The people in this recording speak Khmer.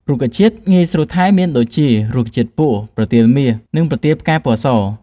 រុក្ខជាតិងាយស្រួលថែមានដូចជារុក្ខជាតិពស់, ប្រទាលមាស , និងប្រទាលផ្កាពណ៌ស ។